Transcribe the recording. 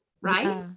right